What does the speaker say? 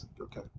Okay